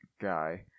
guy